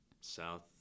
South